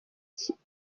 kintu